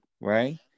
right